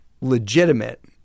legitimate